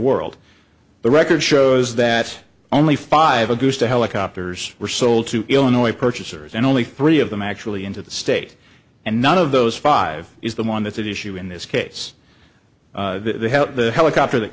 world the record shows that only five of those to helicopters were sold to illinois purchasers and only three of them actually into the state and none of those five is the one that's at issue in this case they helped the helicopter th